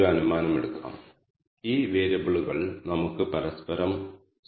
അതനുസരിച്ച് ഈ വേരിയബിളുകളുടെ ഡാറ്റ ടൈപ്പ് എന്താണെന്ന് ഇത് നൽകുന്നു